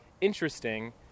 interesting